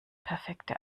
perfekte